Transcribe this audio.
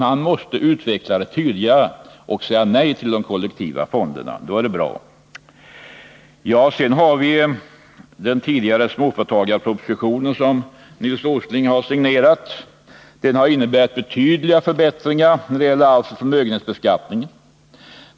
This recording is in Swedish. Han måste utveckla det tydligare och säga nej till de kollektiva fonderna. Då är det bra. Så har vi den tidigare småföretagarpropositionen, som Nils Åsling har signerat. Den innebär betydliga förbättringar när det gäller förmögenhetsbeskattningen.